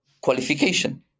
qualification